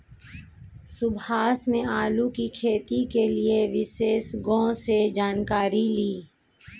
सुभाष ने आलू की खेती के लिए विशेषज्ञों से जानकारी ली